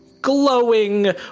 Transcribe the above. glowing